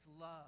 love